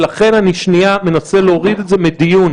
ולכן, אני שנייה מנסה להוריד את זה מדיון